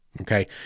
Okay